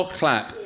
clap